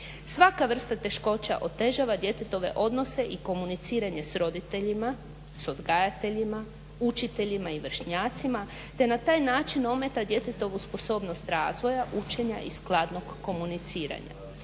Svaka vrsta teškoća otežava djetetove odnose i komuniciranje s roditeljima, s odgajateljima, učiteljima i vršnjacima te na taj način ometa djetetovu sposobnost razvoja, učenja i skladnog komuniciranja.